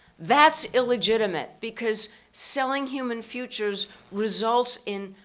that's illegitimate because selling human futures results in